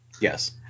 yes